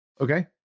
Okay